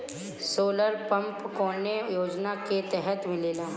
Solar pump कौने योजना के तहत मिलेला?